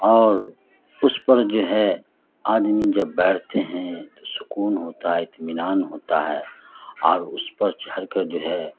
اور اس پر جو ہے آدمی جب بیٹھتے ہیں تو سکون ہوتا ہے اطمینان ہوتا ہے اور اس پر چڑھ کر جو ہے